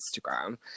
Instagram